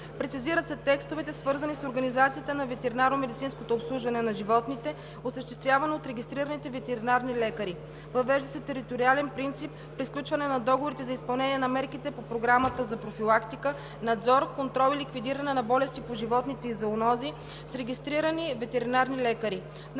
Прецизират се текстовете, свързани с организацията на ветеринарномедицинското обслужване на животните, осъществявано от регистрираните ветеринарни лекари. Въвежда се териториален принцип при сключване на договорите за изпълнение на мерките по програмата за профилактика, надзор, контрол и ликвидиране на болести по животните и зоонози с регистрирани ветеринарни лекари.